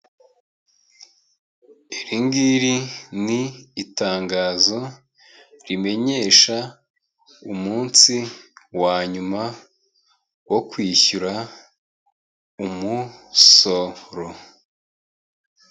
Iri ngiri ni itangazo rimenyesha umunsi wa nyuma wo kwishyura umusoro.